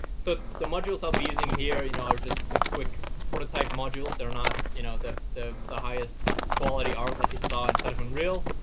so the modules i'll be using here you know are just some quick prototype modules. they're not you know the the highest quality art, like you saw inside of unreal.